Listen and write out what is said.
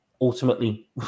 ultimately